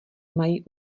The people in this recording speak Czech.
mají